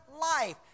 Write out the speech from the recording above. life